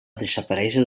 desaparèixer